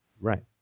Right